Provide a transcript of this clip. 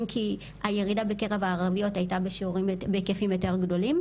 אם כי הירידה בקרב הערביות הייתה בהיקפים יותר גדולים.